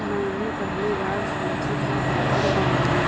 मैंने पहली बार सूजी का पापड़ बनाया